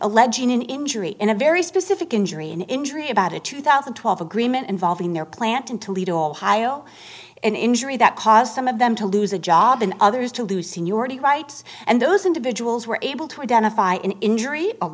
alleging an injury in a very specific injury and injury about a two thousand and twelve agreement involving their plant in toledo ohio an injury that caused some of them to lose a job and others to lose seniority rights and those individuals were able to identify an injury o